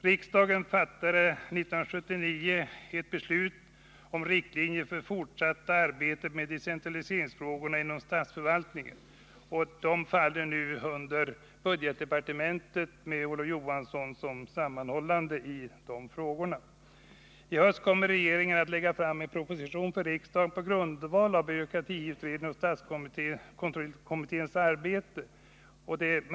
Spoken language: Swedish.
Riksdagen fattade 1979 ett beslut om riktlinjer för fortsatt arbete med decentraliseringsfrågorna inom statsförvaltningen. Dessa frågor faller nu under budgetdepartementet med Olof Johansson som sammanhållande. I höst kommer regeringen att lägga fram en proposition för riksdagen på grundval av byråkratiutredningens och statskontrollkommitténs arbete.